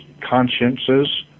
consciences